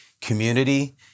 community